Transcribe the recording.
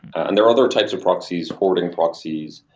and there are other types of proxies forwarding proxies,